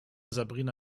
sabrina